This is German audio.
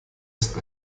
ist